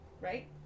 right